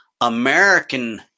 American